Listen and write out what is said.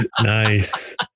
Nice